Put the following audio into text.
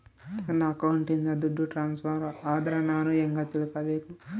ನನ್ನ ಅಕೌಂಟಿಂದ ದುಡ್ಡು ಟ್ರಾನ್ಸ್ಫರ್ ಆದ್ರ ನಾನು ಹೆಂಗ ತಿಳಕಬೇಕು?